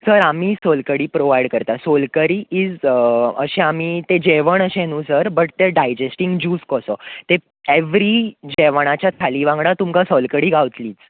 sir आमी solkadhi provide करता solkadhi is अशें आमी जेवण अशें न्हय सर बट तें डायजेस्टींग ज्यूस कसो तें एवरी जेवणांच्या थाली वांगडा तुमका सोलकडी गावतली